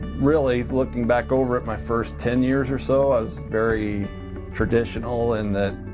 really looking back over at my first ten years or so i was very traditional in that